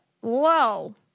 Whoa